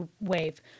wave